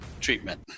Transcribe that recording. Treatment